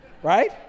Right